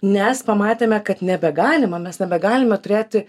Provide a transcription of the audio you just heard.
nes pamatėme kad nebegalima mes nebegalime turėti